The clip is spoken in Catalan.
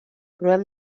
provem